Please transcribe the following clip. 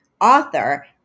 author